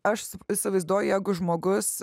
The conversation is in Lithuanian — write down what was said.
aš įsivaizduoju jeigu žmogus